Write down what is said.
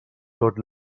tot